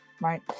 Right